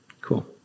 cool